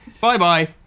Bye-bye